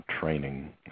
training